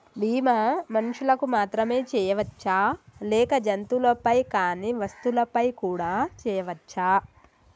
బీమా మనుషులకు మాత్రమే చెయ్యవచ్చా లేక జంతువులపై కానీ వస్తువులపై కూడా చేయ వచ్చా?